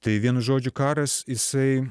tai vienu žodžiu karas jisai